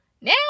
Now